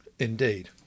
Indeed